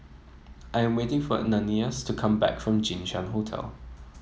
I am waiting for Ananias to come back from Jinshan Hotel